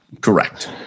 Correct